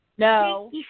No